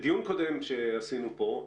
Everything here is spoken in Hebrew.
בדיון קודם שעשינו פה,